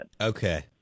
Okay